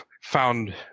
found